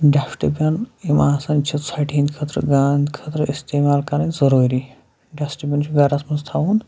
dustbin یِم آسان چھِ ژھۄٹہِ ہِنٛدۍ خٲطرٕ گانَن ہِنٛدۍ خٲطرٕ استعمال کَرٕنۍ ضٔروٗری ڈٮ۪سٹٕبِن چھُ گَرَس منٛز تھاوُن